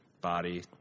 body